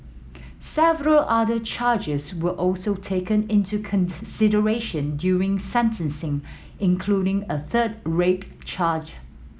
several other charges were also taken into consideration during sentencing including a third rape charge